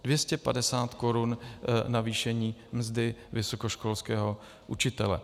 Dvě stě padesát korun navýšení mzdy vysokoškolského učitele!